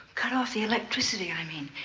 cut off the electricity, i mean.